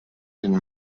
den